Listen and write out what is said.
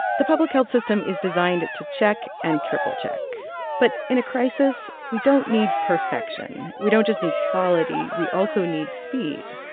the public health system is designed to check and triple-check but in a crisis, we don't need perfection. we don't just need quality we also need speed.